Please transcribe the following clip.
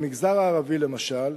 במגזר הערבי למשל,